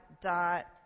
dot